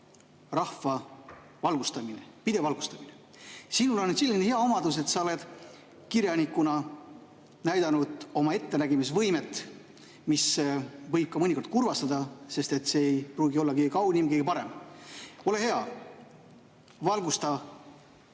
rahva valgustamine, pidev valgustamine. Sinul on selline hea omadus, et sa oled kirjanikuna näidanud oma ettenägemisvõimet, mis võib mõnikord ka kurvastada, sest et [tulevik] ei pruugi olla kõige kaunim, kõige parem. Ole hea, valgusta rahvast